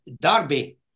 Derby